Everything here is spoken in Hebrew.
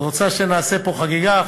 את רוצה שנעשה פה חגיגה?